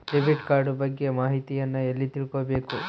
Debit card ಬಗ್ಗೆ ಮಾಹಿತಿಯನ್ನ ಎಲ್ಲಿ ತಿಳ್ಕೊಬೇಕು?